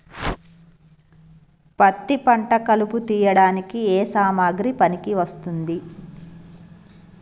పత్తి పంట కలుపు తీయడానికి ఏ సామాగ్రి పనికి వస్తుంది?